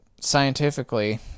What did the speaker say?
scientifically